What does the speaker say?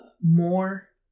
more